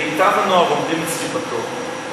מיטב הנוער עומדים אצלי בתור.